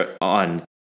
on